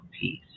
peace